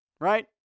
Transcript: right